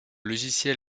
logiciel